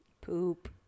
Poop